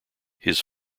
his